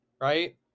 right